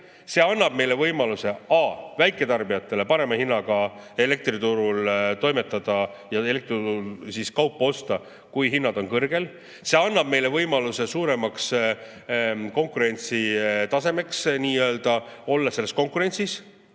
See annab võimaluse väiketarbijatele parema hinnaga elektriturul toimetada ja elektriturul siis kaupa osta, kui hinnad on kõrgel. See annab meile võimaluse nii-öelda suuremaks konkurentsitasemeks, olles selles konkurentsis.